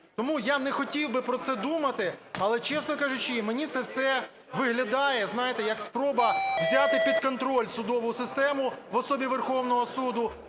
Тому я не хотів би про це думати, але, чесно кажучи, мені це все виглядає, знаєте, як спроба взяти під контроль судову систему в особі Верховного Суду,